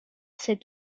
cet